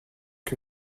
que